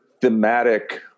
thematic